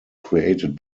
created